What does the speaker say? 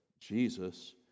Jesus